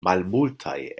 malmultaj